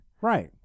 Right